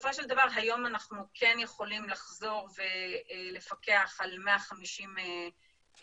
בסופו של דבר היום אנחנו יכולים לחזור ולפקח על 150 אסירים